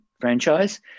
franchise